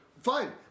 Fine